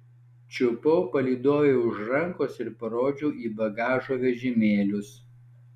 čiupau palydovei už rankos ir parodžiau į bagažo vežimėlius